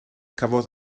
cafodd